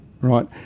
Right